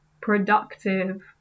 productive